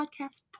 podcast